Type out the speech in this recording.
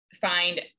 find